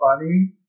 funny